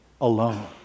alone